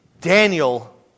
Daniel